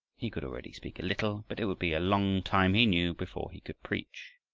he could already speak a little, but it would be a long time, he knew, before he could preach.